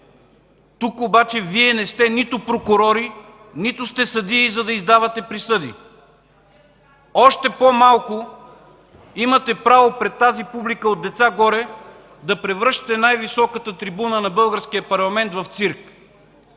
Тук обаче Вие не сте нито прокурори, нито сте съдии, за да издавате присъди, още по-малко имате право пред тази публика от деца горе да превръщате най-високата трибуна на българския парламент в цирк.